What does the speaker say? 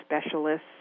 specialists